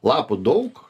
lapų daug